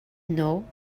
know